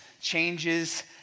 Changes